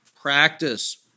practice